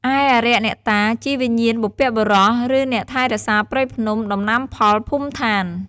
ឯអារក្ស អ្នកតា ជាវិញ្ញាណបុព្វបុរស ឬអ្នកថែរក្សាព្រៃភ្នំ ដំណាំផល ភូមិឋាន។